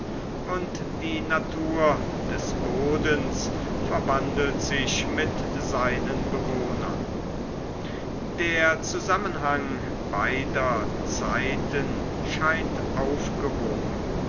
und die natur des bodens verwandelt sich mit seinen bewohnern der zusammenhang beider zeiten scheint aufgehoben